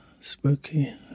spooky